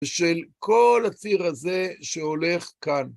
של כל הציר הזה שהולך כאן.